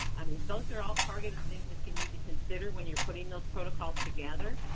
i mean, those are all part of the things that you need to consider when you're putting those protocols together,